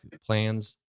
plans